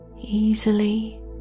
easily